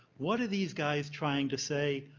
what are these guys trying to say?